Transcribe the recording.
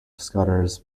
scudder’s